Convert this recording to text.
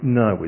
no